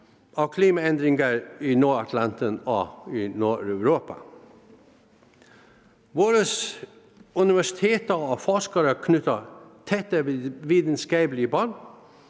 og klimaændringer i Nordatlanten og i Nordeuropa. Vores universiteter og forskere knytter tætte videnskabelige bånd,